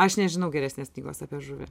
aš nežinau geresnės knygos apie žuvį